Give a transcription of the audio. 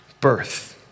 birth